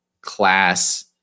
class